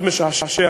מאוד משעשע,